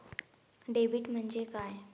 Debit म्हणजे काय?